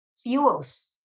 fuels